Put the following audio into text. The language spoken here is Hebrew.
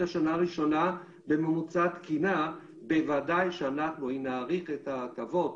השנה הראשונה בממוצע תקין בוודאי שאם נאריך את ההטבות